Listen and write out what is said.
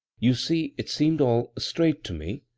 you see it seemed all straight to me,